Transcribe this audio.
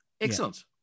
excellent